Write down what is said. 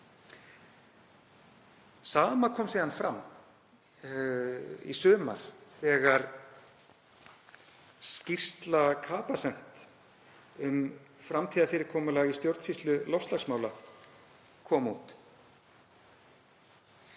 sama kom síðan fram í sumar þegar skýrsla Capacent um framtíðarfyrirkomulag í stjórnsýslu loftslagsmála kom út.